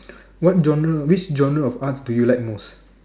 what genre which genre of art do you like most